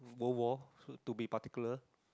World War to be particular